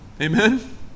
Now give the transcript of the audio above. Amen